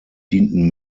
dienten